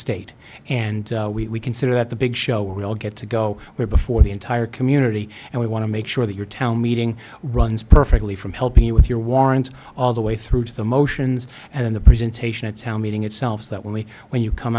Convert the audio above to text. state and we consider that the big show will get to go there before the entire community and we want to make sure that your town meeting runs perfectly from helping you with your warrant all the way through to the motions and the presentation a town meeting itself so that when we when you come